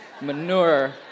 manure